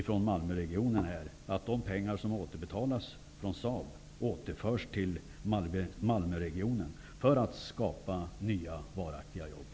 Från Malmöregionen är vårt krav att de pengar som återbetalas från Saab skall återföras till Malmöregionen för att skapa nya och varaktiga jobb.